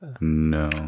No